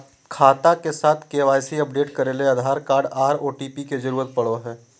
खाता के साथ के.वाई.सी अपडेट करे ले आधार कार्ड आर ओ.टी.पी के जरूरत पड़ो हय